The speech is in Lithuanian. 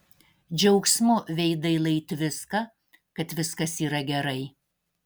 džiaugsmu veidai lai tviska kad viskas yra gerai